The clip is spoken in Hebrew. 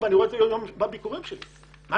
אני רואה זאת בביקורים שלי בתעסוקות.